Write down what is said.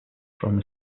from